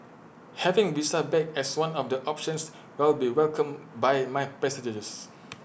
having visa back as one of the options will be welcomed by my passengers